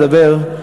מדבר.